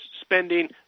spending